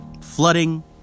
flooding